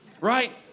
Right